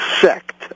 sect